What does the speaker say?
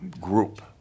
group